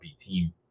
team